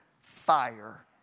fire